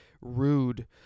rude